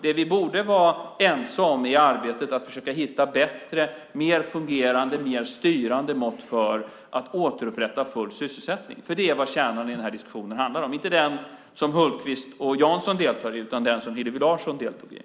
Det vi borde vara ense om är arbetet att försöka hitta bättre, mer fungerande och mer styrande mått för att återupprätta full sysselsättning. Det är vad kärnan i diskussionen handlar om, men inte den diskussion som Hultqvist och Jansson deltar i utan den som Hillevi Larsson deltog i.